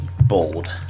bold